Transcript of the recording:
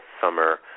summer